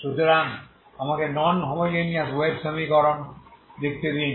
সুতরাং আমাকে non homogeneous wave সমীকরণ লিখতে দিন